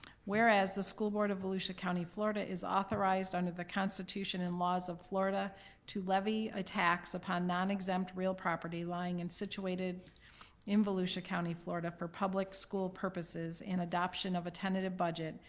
whereas the school board of volusia county, florida is authorized under the constitution and laws of florida to levy a tax upon non-exempt real property lying and situated in volusia county, florida for public school purposes and adoption of a tentative budget.